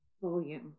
volume